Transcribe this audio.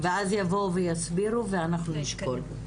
ואז יבואו ויסבירו, ואנחנו נשקול.